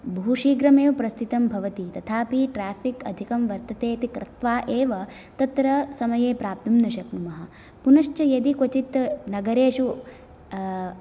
बहु शीघ्रमेव प्रस्थितं भवति तथापि ट्रेफिक् अधिकं वर्तते इति कृत्वा एव तत्र समये प्राप्तुं न शक्नुमः पुनश्च यदि क्वचित् नगरेषु